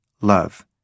love